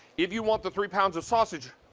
if you want the three pounds of sausage,